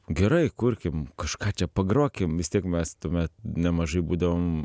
gerai kurkim kažką čia pagrokim vis tiek mes tuomet nemažai būdavom